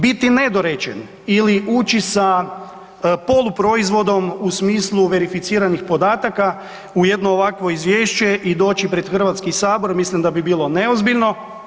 Biti nedorečen ili ući sa poluproizvodom u smislu verificiranih podataka u jedno ovakvo izvješće i doći pred HS mislim da bi bilo neozbiljno.